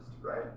right